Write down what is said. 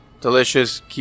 delicious